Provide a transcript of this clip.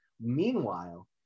Meanwhile